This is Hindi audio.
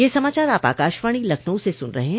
ब्रे क यह समाचार आप आकाशवाणी लखनऊ से सुन रहे हैं